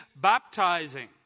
baptizing